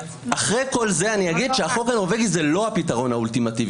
אחרי כל זה אני אגיד שהחוק הנורבגי זה לא הפתרון האולטימטיבי.